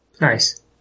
Nice